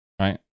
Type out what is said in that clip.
right